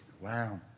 Wow